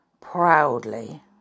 proudly